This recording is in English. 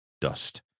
Dust